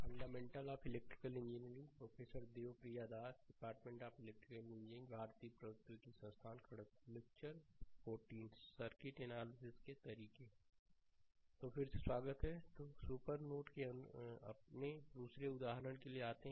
fundamental of electrical engineering professor Devpriya Das department of electrical engineering भारतीय प्रौद्योगिकी संस्थान खड़गपुर लेक्चर 14 सर्किट एनालिसिस के तरीके जारी तो फिर से स्वागत है तो सुपर नोड के अपने दूसरे उदाहरण के लिए आते हैं